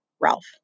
Ralph